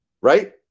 Right